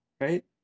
Right